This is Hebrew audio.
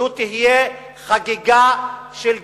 זו תהיה חגיגה של גזענות.